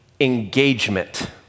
engagement